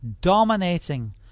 dominating